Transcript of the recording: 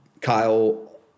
Kyle